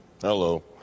hello